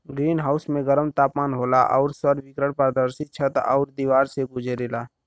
green house में गरम तापमान होला आउर सौर विकिरण पारदर्शी छत आउर दिवार से गुजरेला